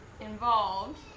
involved